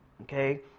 Okay